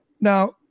Now